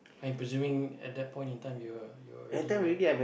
I'm presuming at that point in time you're you're already married